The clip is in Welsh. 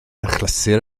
achlysur